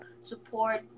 support